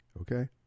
Okay